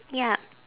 ya